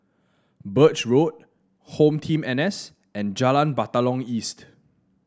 Birch Road Home Team N S and Jalan Batalong East